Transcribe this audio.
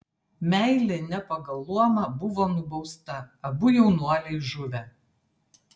meilė ne pagal luomą buvo nubausta abu jaunuoliai žuvę